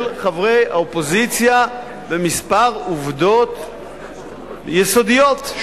של חברי האופוזיציה בכמה עובדות יסודיות,